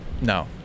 no